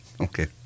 Okay